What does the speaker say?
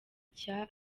cya